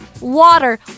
water